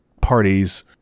parties